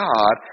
God